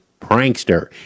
prankster